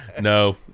No